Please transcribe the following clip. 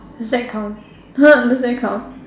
does that count does that count